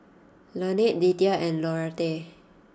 Lanette Lethia and Lauretta